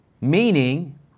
Meaning